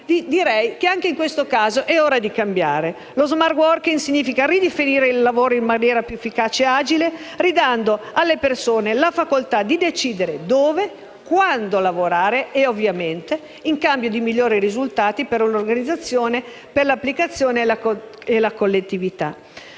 Quindi, anche in questo caso direi che è ora di cambiare. *Smart working* significa ridefinire il lavoro in maniera più efficiente e agile, ridando alle persone la facoltà di decidere dove e quando lavorare, ovviamente in cambio di migliori risultati per l'organizzazione, le persone e la collettività.